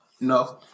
No